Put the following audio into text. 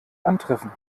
antreffen